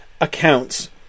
accounts